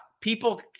people